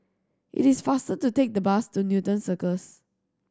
it is faster to take the bus to Newton Cirus